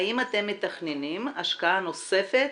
האם אתם מתכננים השקעה נוספת